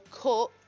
cut